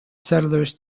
settlers